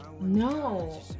no